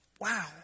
Wow